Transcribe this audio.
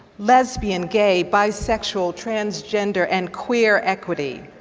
lesbian, gay, bisexual, transgender, and queer equity,